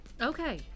Okay